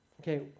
Okay